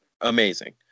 Amazing